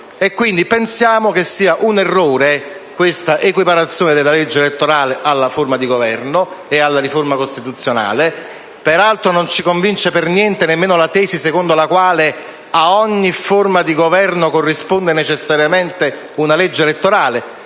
quindi che sia un errore questa equiparazione della legge elettorale alla forma di Governo e alla riforma costituzionale. Peraltro, non ci convince per niente nemmeno la tesi secondo la quale ad ogni forma di Governo corrisponde necessariamente una legge elettorale,